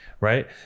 Right